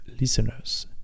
listeners